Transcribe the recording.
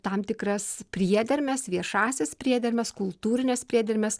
tam tikras priedermes viešąsias priedermes kultūrines priedermes